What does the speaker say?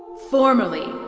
formerly,